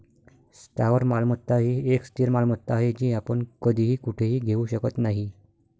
स्थावर मालमत्ता ही एक स्थिर मालमत्ता आहे, जी आपण कधीही कुठेही घेऊ शकत नाही